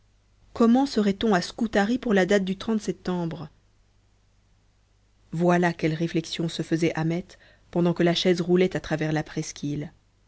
comment serait-on à scutari pour la date du septembre voilà quelles réflexions se faisait ahmet pendant que la chaise roulait à travers la presqu'île